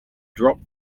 drop